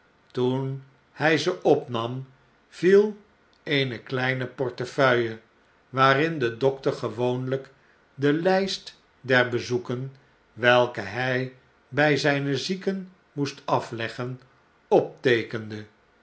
toen hy ze opnam viel eene kleine portefeuille waarin de dokter gewoonlyk de hjst der bezoeken welke hij bij zyne zieken moest afleggen opteekende